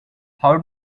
how